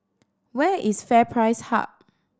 where is FairPrice Hub